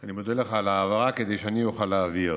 אני מודה לך על ההערה, כדי שאני אוכל להבהיר.